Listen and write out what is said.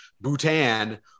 Bhutan